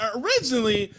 originally